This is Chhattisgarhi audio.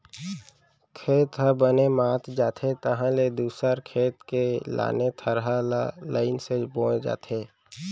खेत ह बने मात जाथे तहाँ ले दूसर खेत के लाने थरहा ल लईन से बोए जाथे